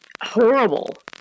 horrible